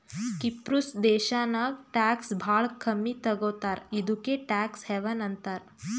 ಕಿಪ್ರುಸ್ ದೇಶಾನಾಗ್ ಟ್ಯಾಕ್ಸ್ ಭಾಳ ಕಮ್ಮಿ ತಗೋತಾರ ಇದುಕೇ ಟ್ಯಾಕ್ಸ್ ಹೆವನ್ ಅಂತಾರ